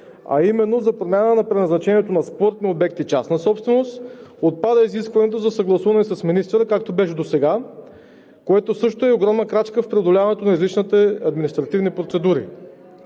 а именно за промяна на предназначението на спортни обекти – частна собственост, отпада изискването за съгласуване с министъра, както беше досега, което също е огромна крачка в преодоляването на излишните административни процедури.